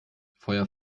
feuer